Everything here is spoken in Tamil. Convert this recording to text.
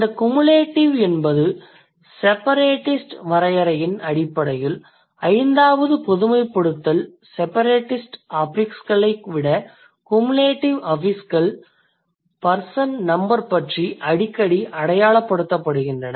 இந்த குமுலேடிவ் மற்றும் செபரேடிஸ்ட் வரையறையின் அடிப்படையில் ஐந்தாவது பொதுமைப்படுத்தல் செபரேடிஸ்ட் அஃபிக்ஸ் களை விட குமுலேடிவ் அஃபிக்ஸ்கள் பர்சன் நம்பர் பற்றி அடிக்கடி அடையாளப்படுத்தப்படுகின்றன